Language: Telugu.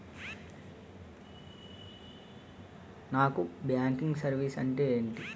నాన్ బ్యాంకింగ్ సర్వీసెస్ అంటే ఎంటి?